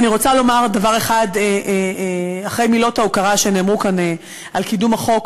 אני רוצה לומר דבר אחד אחרי מילות ההוקרה שנאמרו כאן על קידום החוק.